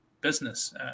business